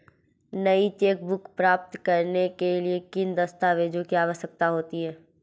नई चेकबुक प्राप्त करने के लिए किन दस्तावेज़ों की आवश्यकता होती है?